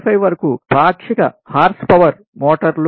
85 వరకు పాక్షిక horse power మోటార్లు 0